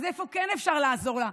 אז איפה כן אפשר לעזור לה?